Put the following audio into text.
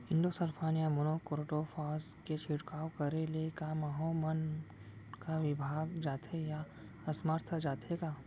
Endosulfan या monocrotophos के छिड़काव करे ले क माहो मन का विभाग जाथे या असमर्थ जाथे का?